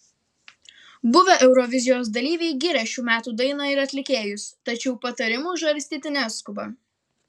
buvę eurovizijos dalyviai giria šių metų dainą ir atlikėjus tačiau patarimų žarstyti neskuba